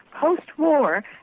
post-war